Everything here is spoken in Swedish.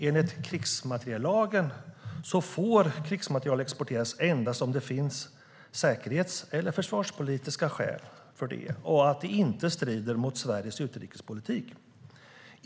Enligt krigsmateriellagen får krigsmateriel exporteras endast om det finns säkerhets eller försvarspolitiska skäl för det och det inte strider mot Sveriges utrikespolitik.